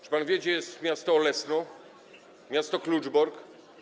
Czy pan wie, gdzie jest miasto Olesno, miasto Kluczbork?